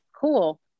Cool